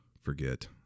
forget